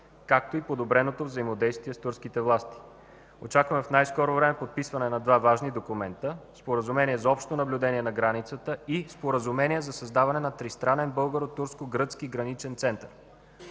както и подобреното взаимодействие с турските власти. Очакваме в най-скоро време подписване на два важни документа – Споразумение за общо наблюдение на границата и Споразумение за създаване на тристранен българо-турско-гръцки граничен център.